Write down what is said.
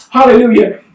Hallelujah